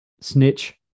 snitch